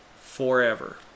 forever